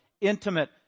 intimate